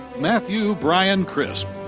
matthew brian crisp.